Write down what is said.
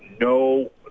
no